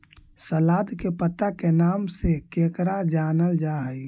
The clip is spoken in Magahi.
सलाद के पत्ता के नाम से केकरा जानल जा हइ?